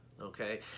okay